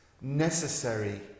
necessary